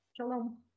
Shalom